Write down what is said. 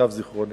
למיטב זיכרוני.